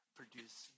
produce